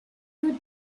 good